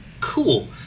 cool